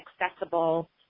accessible